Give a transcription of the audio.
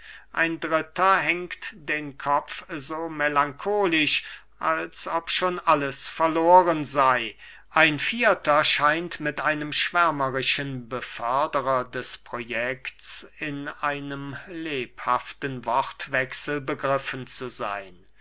ein dritter hängt den kopf so melancholisch als ob schon alles verloren sey ein vierter scheint mit einem schwärmerischen beförderer des projekts in einem lebhaften wortwechsel begriffen zu seyn